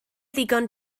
ddigon